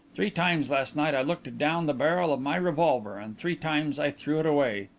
three times last night i looked down the barrel of my revolver, and three times i threw it away.